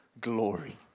glory